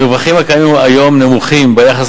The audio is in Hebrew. המרווחים הקיימים היום נמוכים ביחס